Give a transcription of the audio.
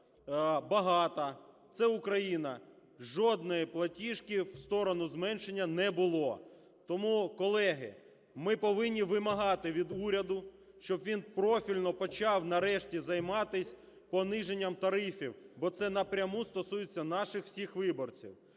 багата, це Україна, жодної платіжки в сторону зменшення не було. Тому, колеги, ми повинні вимагати від уряду, щоб він профільно почав, нарешті, займатись пониженням тарифів, бо це напряму стосується наших всіх виборців.